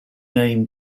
name